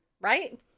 Right